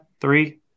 three